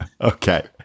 Okay